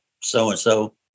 so-and-so